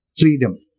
freedom